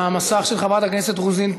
שינוי הרכב מועצת ההנדסה והאדריכלות),